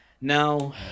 now